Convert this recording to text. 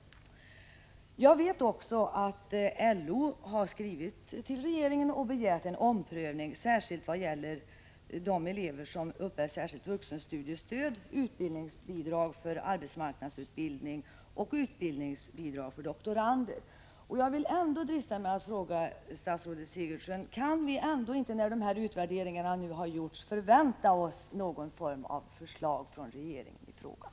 Jag vet också att LO har skrivit till regeringen och begärt en omprövning, speciellt vad gäller de elever som uppbär särskilt vuxenstudiestöd, utbildningsbidrag för arbetsmarknadsutbildning och utbildningsbidrag för doktorander. Jag dristar mig att fråga statsrådet Sigurdsen: Kan vi inte, när utvärderingarna har gjorts, förvänta oss någon form av förslag från regeringen i frågan?